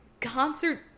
concert